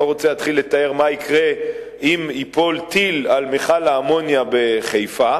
אני לא רוצה להתחיל לתאר מה יקרה אם ייפול טיל על מכל האמוניה בחיפה.